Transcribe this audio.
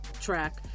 track